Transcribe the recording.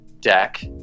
deck